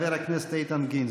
חבר הכנסת איתן גינזבורג.